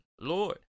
lord